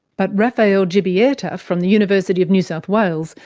but raphael grzebieta from the university of new south wales,